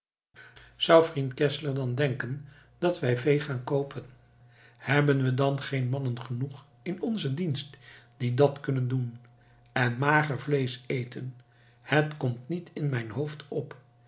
zou vriend geszler dan denken dat wij vee gaan koopen hebben we dan geen mannen genoeg in onzen dienst die dat kunnen doen en mager vleesch eten het komt niet in mijn hoofd op